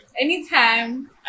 anytime